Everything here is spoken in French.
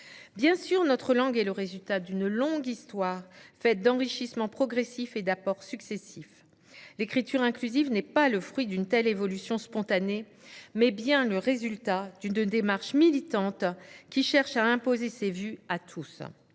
Bien sûr, notre langue est le résultat d’une longue histoire, faite d’enrichissements progressifs et d’apports successifs. L’écriture inclusive est non pas le fruit d’une telle évolution spontanée, mais bien le résultat d’une démarche militante qui cherche à imposer ses vues à tous.